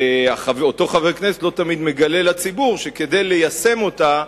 אותו חבר כנסת לא תמיד מגלה לציבור שכדי ליישם אותה,